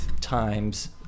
times